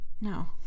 No